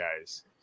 guys